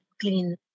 clean